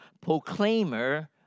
proclaimer